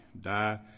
die